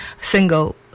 single